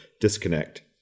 disconnect